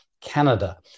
Canada